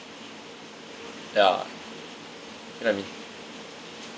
ya you know what I mean